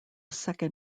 second